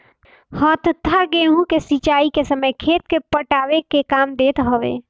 हत्था गेंहू के सिंचाई के समय खेत के पटावे के काम देत हवे